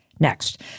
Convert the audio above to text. Next